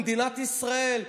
במדינת ישראל,